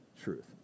truth